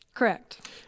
Correct